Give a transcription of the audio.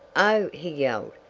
oh! he yelled.